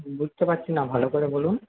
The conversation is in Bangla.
বুঝতে পারছিনা ভালো করে বলুন